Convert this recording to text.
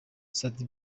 sat